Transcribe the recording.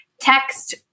text